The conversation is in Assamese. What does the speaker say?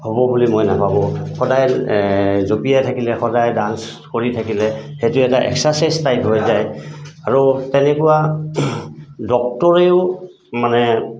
হ'ব বুলি মই নাভাবোঁ সদায় জঁপিয়াই থাকিলে সদায় ডান্স কৰি থাকিলে সেইটো এটা এক্সাৰচাইজ টাইপ হৈ যায় আৰু তেনেকুৱা ডক্তৰেও মানে